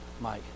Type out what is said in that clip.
Mike